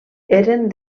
eren